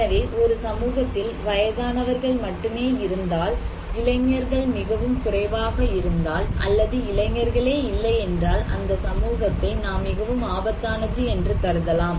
எனவே ஒரு சமூகத்தில் வயதானவர்கள் மட்டுமே இருந்தால் இளைஞர்கள் மிகவும் குறைவாக இருந்தால் அல்லது இளைஞர்களே இல்லையென்றால் அந்த சமூகத்தை நாம் மிகவும் ஆபத்தானது என்று கருதலாம்